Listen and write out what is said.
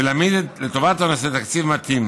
ולהעמיד לטובת הנושא תקציב מתאים.